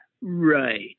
right